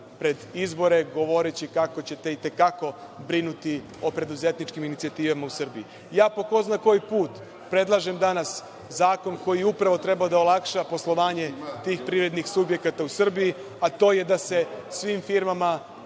pred izbore, govoreći kako ćete i te kako brinuti o preduzetničkim inicijativama u Srbiji. Ja po ko zna koji put predlažem danas zakon koji treba da olakša poslovanje tih privrednih subjekata u Srbiji, a to je da se svim firmama